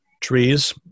trees